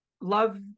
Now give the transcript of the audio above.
love